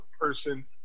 person